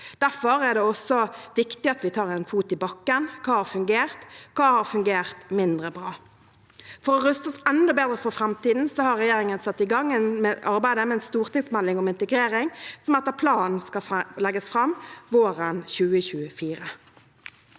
Derfor er det også viktig at vi tar en fot i bakken. Hva har fungert, og hva har fungert mindre bra? For å ruste oss enda bedre for framtiden, har regjeringen satt i gang arbeidet med en stortingsmelding om integrering, som etter planen skal legges fram våren 2024.